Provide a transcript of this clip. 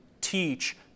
teach